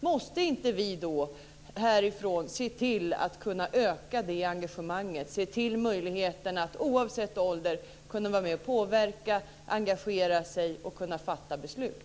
Måste vi då inte härifrån se till att öka engagemanget och möjligheten att oavsett ålder kunna vara med och påverka, engagera sig och fatta beslut?